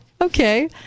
Okay